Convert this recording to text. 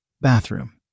Bathroom